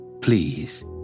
Please